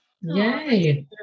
Yay